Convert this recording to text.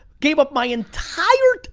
gave up my entire,